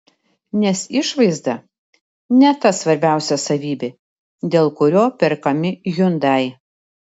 nes išvaizda ne ta svarbiausia savybė dėl kurio perkami hyundai